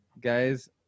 guys